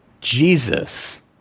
Jesus